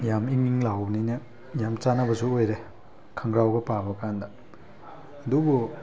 ꯌꯥꯝ ꯏꯪ ꯏꯪ ꯂꯥꯎꯕꯅꯤꯅ ꯌꯥꯝ ꯆꯥꯅꯕꯁꯨ ꯑꯣꯏꯔꯦ ꯈꯣꯡꯒ꯭ꯔꯥꯎꯒ ꯄꯥꯕ ꯀꯥꯟꯗ ꯑꯗꯨꯕꯨ